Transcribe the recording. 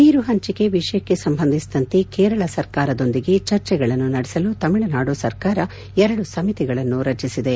ನೀರು ಹಂಚಿಕೆ ವಿಷಯಕ್ಕೆ ಸಂಬಂಧಿಸಿದಂತೆ ಕೇರಳ ಸರ್ಕಾರದೊಂದಿಗೆ ಚರ್ಚೆಗಳನ್ನು ನಡೆಸಲು ತಮಿಳುನಾಡು ಸರ್ಕಾರ ಎರಡು ಸಮಿತಿಗಳನ್ನು ರಚಿಸಿದೆ